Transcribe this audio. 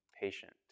patient